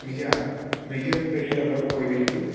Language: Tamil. மிக மிக பெரிய அளவில் உதவியிருக்கு